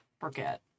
forget